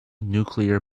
nuclear